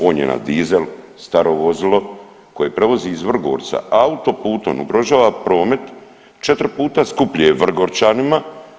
On je na dizel, staro vozilo koje prevozi iz Vrgorca autoputom, ugrožava promet, 4 puta skuplje Vrgorčanima.